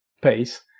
pace